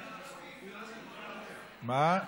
מה?